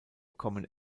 kommen